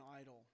idol